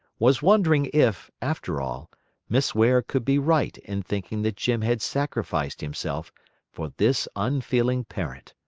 was wondering if, after all miss ware could be right in thinking that jim had sacrificed himself for this unfeeling parent.